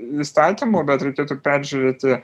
įstatymų bet reikėtų peržiūrėti